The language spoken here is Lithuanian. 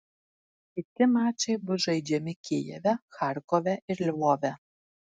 kiti mačai bus žaidžiami kijeve charkove ir lvove